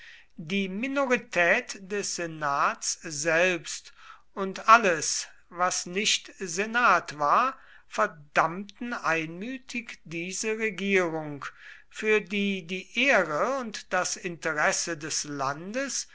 die minorität des senats selbst und alles was nicht senat war verdammten einmütig diese regierung für die die ehre und das interesse des landes